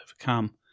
overcome